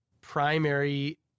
primary